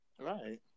Right